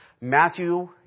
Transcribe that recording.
Matthew